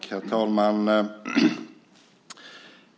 Herr talman!